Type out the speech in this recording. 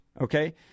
okay